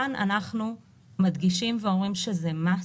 כאן אנחנו מדגישים ואומרים שזה מס,